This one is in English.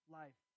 life